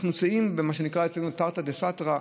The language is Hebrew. אנחנו נמצאים במה שנקרא אצלנו תרתי דסתרי,